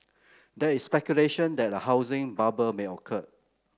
there is speculation that a housing bubble may occur